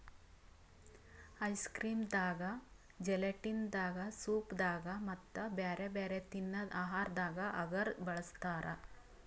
ice cream ದಾಗಾ gelatin ದಾಗಾ soup ದಾಗಾ ಮತ್ತ್ ಬ್ಯಾರೆ ಬ್ಯಾರೆ ತಿನ್ನದ್ ಆಹಾರದಾಗ ಅಗರ್ ಬಳಸ್ತಾರಾ